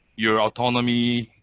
your autonomy,